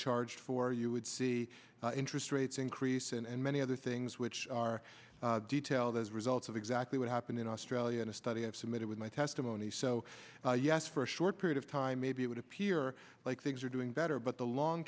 charged for you would see interest rates increase and many other things which are detail those results of exactly what happened in australia in a study i've submitted with my testimony so yes for a short period of time maybe it would appear like things are doing better but the long